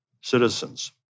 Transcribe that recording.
citizens